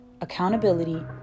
accountability